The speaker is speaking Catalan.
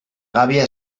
gàbia